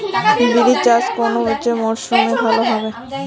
বিরি চাষ কোন মরশুমে ভালো হবে?